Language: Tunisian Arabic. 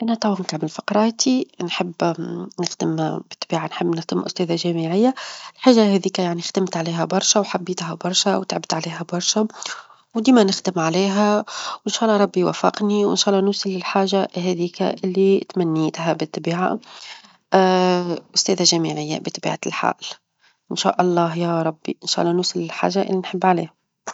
أنا تو عم تعمل فقراتي نحب نخدم بطبيعة، نحب نخدم أستاذة جامعية، الحاجة هاذيك يعني خدمت عليها برشا، وحبيتها برشا، وتعبت عليها برشا، وديما نخدم عليها، وإن شاء الله ربي يوفقني، وإن شاء الله نوصل للحاجة هاذيك اللي تمنيتها بالطبيعة، أستاذة جامعية بطبيعة الحال، إن شاء الله يا ربي، إن شاء الله نوصل للحاجه اللي نحب عليها.